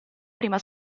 prima